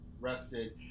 rested